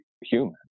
human